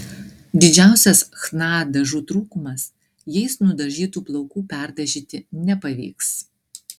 didžiausias chna dažų trūkumas jais nudažytų plaukų perdažyti nepavyks